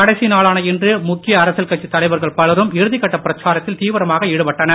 கடைசி நாளான இன்று முக்கிய அரசியல் கட்சித் தலைவர்கள் பலரும் இறுதிக்கட்ட பிரச்சாரத்தில் தீவிரமாக ஈடுபட்டனர்